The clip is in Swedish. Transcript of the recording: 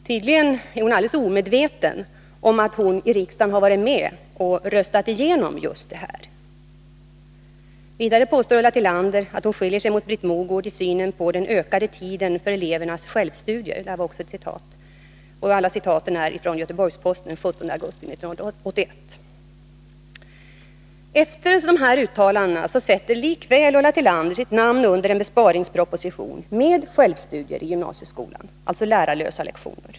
Tydligen är hon alldeles omedveten om att hon i riksdagen nyligen varit med och röstat igenom just detta. Vidare påstår Ulla Tillander att hon skiljer sig från Britt Mogård i synen på den ”ökade tiden för elevernas självstudier i gymnasieskolan” — Göteborgs-Posten den 17 september 1981. Efter dessa uttalanden sätter likväl Ulla Tillander sitt namn under en besparingsproposition med självstudier i gymnasieskolan, alltså lärarlösa lektioner.